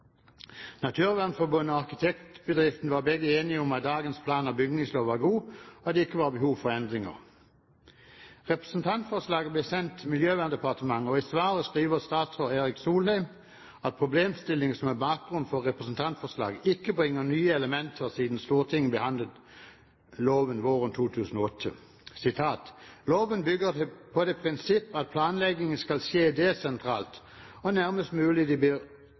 Naturvernforbundet og Arkitektbedriftene var enige om at dagens plan- og bygningslov var god, og at det ikke var behov for endringer. Representantforslaget ble sendt til Miljøverndepartementet, og i svaret skriver statsråd Erik Solheim at problemstillingene som er bakgrunnen for representantforslaget, ikke bringer nye elementer etter at Stortinget behandlet loven våren 2008: «Loven bygger på det prinsipp at planleggingen skal skje desentralt og nærmest mulig de